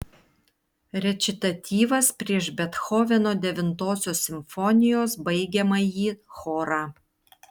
rečitatyvas prieš bethoveno devintosios simfonijos baigiamąjį chorą